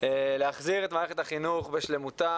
להחזיר את מערכת החינוך בשלמותה.